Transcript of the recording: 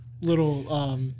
Little